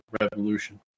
Revolution